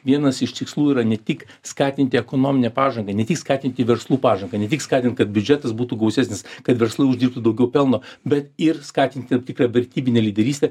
vienas iš tikslų yra ne tik skatinti ekonominę pažangą ne tik skatinti verslų pažangą ne tik skatint kad biudžetas būtų gausesnis kad verslai uždirbtų daugiau pelno bet ir skatint tam tikrą vertybinę lyderystę